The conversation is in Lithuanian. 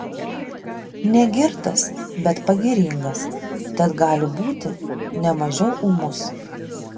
negirtas bet pagiringas tad gali būti ne mažiau ūmus